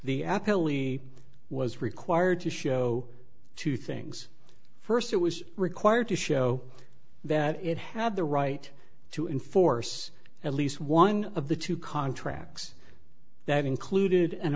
pelly was required to show two things first it was required to show that it had the right to enforce at least one of the two contracts that included an